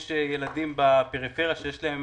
יש ילדים בפריפריה שיש להם